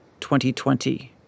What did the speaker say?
2020